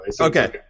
Okay